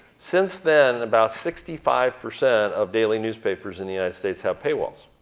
since then, about sixty five percent of daily newspapers in the united states have paywalls.